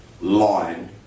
line